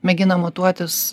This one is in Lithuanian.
mėgina matuotis